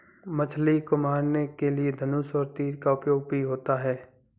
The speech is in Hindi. मछली को मारने के लिए धनुष और तीर का उपयोग भी होता है